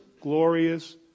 glorious